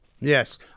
Yes